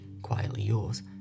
quietlyyours